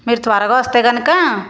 మీరు త్వరగా వస్తే కనుక